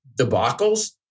debacles